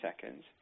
seconds